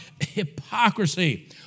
hypocrisy